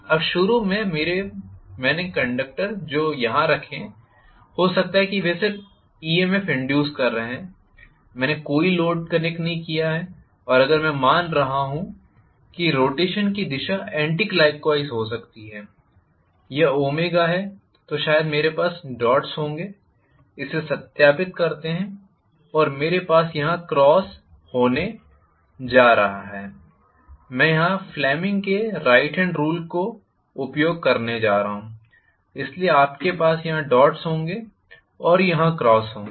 अब शुरू में मेरे कंडक्टर जो मैंने यहां रखे हैं हो सकता हैं वे सिर्फ EMFइंड्यूस कर रहे हैं मैंने कोई लोड कनेक्ट नहीं किया है और अगर मैं मान रहा हूं कि रोटेशन की दिशा एंटी क्लॉकवाइज़ हो सकती है यह ओमेगा है तो शायद मेरे पास डॉट्स होंगे इसे सत्यापित करते हैं और मेरे पास यहां क्रॉस होने जा रहा है मैं यहां फ्लेमिंग के राइट हेंड रूल को उपयोग करने जा रहा हूं इसलिए आपके पास यहां डॉट्स होंगे और यहां क्रॉस होंगे